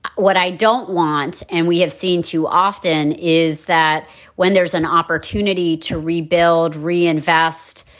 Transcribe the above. what i don't want and we have seen too often is that when there's an opportunity to rebuild, reinvest,